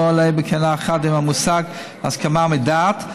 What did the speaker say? עולה בקנה אחד עם המושג הסכמה מדעת,